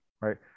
right